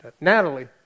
Natalie